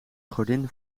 godin